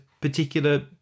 particular